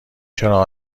چرا